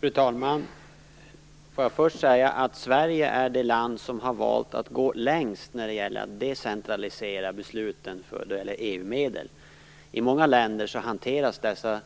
Fru talman! Först vill jag säga att Sverige är det land som har valt att gå längst när det gäller att decentralisera besluten för EU-medel. I många länder hanteras dessa